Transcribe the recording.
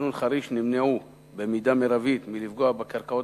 שבתכנון חריש נמנעו במידה מרבית מלפגוע בקרקעות